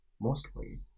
Mostly